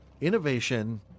innovation